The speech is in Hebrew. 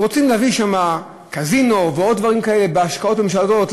ורוצים להביא לשם קזינו ועוד דברים כאלה בהשקעות ממשלתיות,